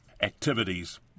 activities